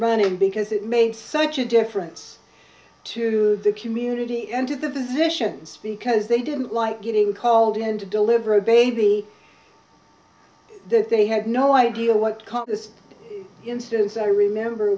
running because it made such a difference to the community ended the physicians because they didn't like getting called in to deliver a baby that they had no idea what this instance i remember